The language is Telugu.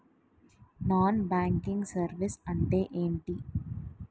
నాన్ బ్యాంకింగ్ సర్వీసెస్ అంటే ఎంటి?